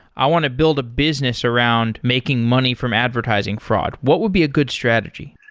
i want to build a business around making money from advertising fraud. what would be a good strategy?